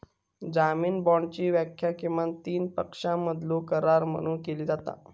जामीन बाँडची व्याख्या किमान तीन पक्षांमधलो करार म्हणून केली जाता